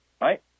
right